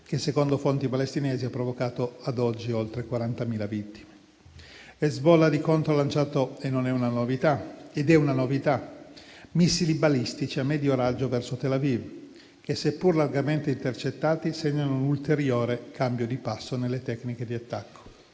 che, secondo fonti palestinesi, ha provocato ad oggi oltre 40.000 vittime. Hezbollah, di contro, ha lanciato - ed è una novità - missili balistici a medio raggio verso Tel Aviv, che, seppur largamente intercettati, segnano un ulteriore cambio di passo nelle tecniche di attacco.